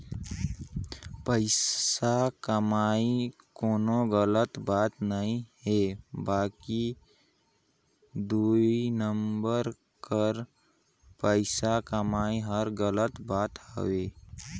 पइसा कमई कोनो गलत बात ना हे बकि दुई नंबर कर पइसा कमई हर गलत बात हवे